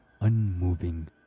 unmoving